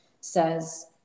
says